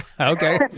Okay